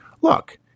Look